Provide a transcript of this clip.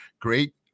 great